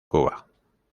cuba